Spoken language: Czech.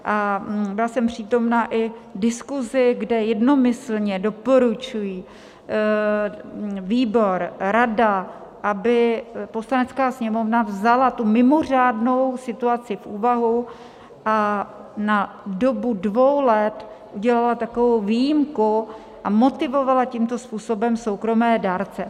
A byla jsem přítomna i diskusi, kde jednomyslně doporučují, výbor, rada, aby Poslanecká sněmovna vzala tu mimořádnou situaci v úvahu a na dobu dvou let udělala takovou výjimku a motivovala tímto způsobem soukromé dárce.